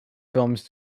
films